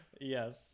Yes